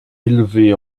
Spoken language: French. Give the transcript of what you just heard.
élevée